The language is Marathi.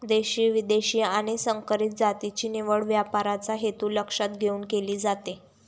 देशी, विदेशी आणि संकरित जातीची निवड व्यापाराचा हेतू लक्षात घेऊन केली जाते